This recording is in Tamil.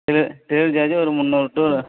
இது டெலிவரி சார்ஜு ஒரு முந்நூறு டு